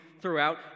throughout